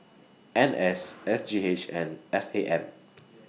N S S G H and S A M